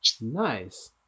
nice